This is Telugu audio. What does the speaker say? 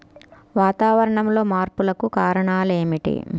వాతావరణంలో మార్పులకు కారణాలు ఏమిటి?